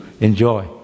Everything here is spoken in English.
enjoy